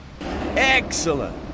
Excellent